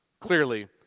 Clearly